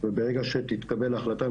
וברגע שתתקבל החלטה,